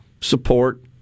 support